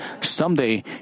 Someday